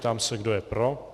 Ptám se, kdo je pro.